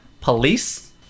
police